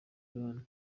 iran